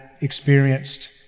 experienced